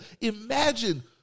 Imagine